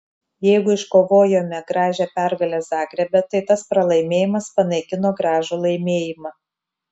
jeigu iškovojome gražią pergalę zagrebe tai tas pralaimėjimas panaikino gražų laimėjimą